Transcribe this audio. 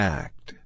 act